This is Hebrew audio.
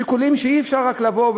אלה שיקולים שאי-אפשר רק לבוא,